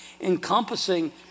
encompassing